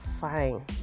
fine